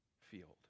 field